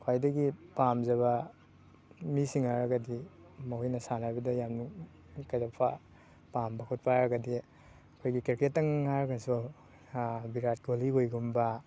ꯈ꯭ꯋꯥꯏꯗꯒꯤ ꯄꯥꯝꯖꯕ ꯃꯤꯁꯤꯡ ꯍꯥꯏꯔꯒꯗꯤ ꯃꯈꯣꯏꯅ ꯁꯥꯟꯅꯕꯗ ꯌꯥꯝꯅ ꯀꯩꯗꯧꯕ ꯄꯥꯝꯕ ꯈꯣꯠꯄ ꯍꯥꯏꯔꯒꯗꯤ ꯑꯩꯈꯣꯏꯒꯤ ꯀ꯭ꯔꯤꯀꯦꯠꯇꯪ ꯍꯥꯏꯔꯒꯁꯨ ꯕꯤꯔꯥꯠ ꯀꯣꯂꯤ ꯍꯣꯏꯒꯨꯝꯕ